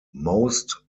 most